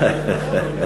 לערבים.